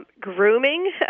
grooming